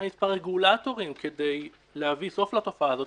עם מספר רגולטורים כדי להביא סוף לתופעה הזאת,